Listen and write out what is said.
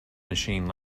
machine